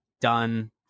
done